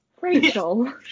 Rachel